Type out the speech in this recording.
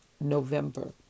November